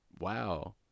wow